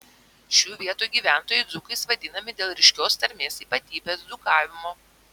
šių vietų gyventojai dzūkais vadinami dėl ryškios tarmės ypatybės dzūkavimo